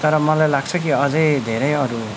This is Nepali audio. तर मलाई लाग्छ कि अझै धेरै अरू